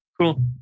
cool